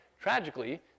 Tragically